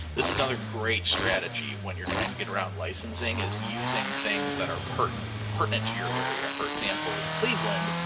this is another great strategy. when you're trying to get around licensing is using things that are pertinent pertinent to your area. for example, in cleveland,